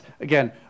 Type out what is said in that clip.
again